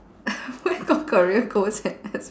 where got career goals and as~